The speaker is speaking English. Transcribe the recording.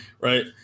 right